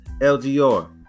LGR